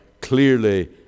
clearly